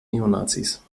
neonazis